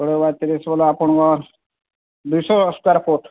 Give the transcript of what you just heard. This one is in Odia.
କୋଡ଼ିଏ ବା ତିରିଶ ହେଲେ ଆପଣଙ୍କ ଦୁଇଶହ ସ୍କୋୟାର୍ ଫୁଟ୍